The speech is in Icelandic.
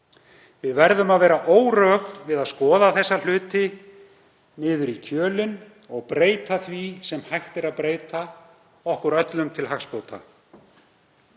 Við verðum að vera órög við að skoða þessa hluti ofan í kjölinn og breyta því sem hægt er að breyta, okkur öllum til hagsbóta.